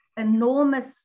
enormous